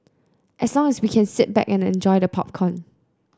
as long as we can sit back and enjoy the popcorn